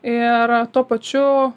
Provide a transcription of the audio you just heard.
ir tuo pačiu